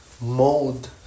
mode